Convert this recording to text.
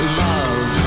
love